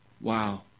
Wow